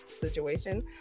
situation